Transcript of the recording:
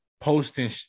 posting